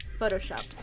photoshopped